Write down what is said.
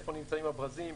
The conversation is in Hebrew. איפה נמצאים הברזים.